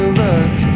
look